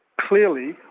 Clearly